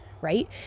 right